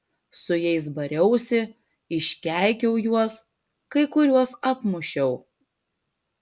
su jais bariausi iškeikiau juos kai kuriuos apmušiau